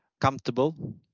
comfortable